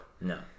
No